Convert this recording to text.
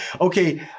Okay